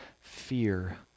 fear